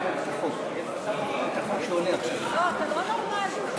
אתה לא נורמלי.